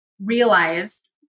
realized